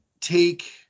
take